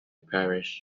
parish